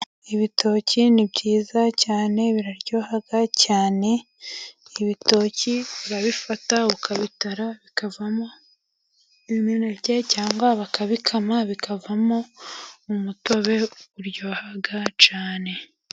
Ibitoki ni byiza cyane, biraryoha cyane, ibitoki urabifata ukabitara, bikavamo imineke, cyangwa bakabikama bikavamo umutobe uryohaga cyane.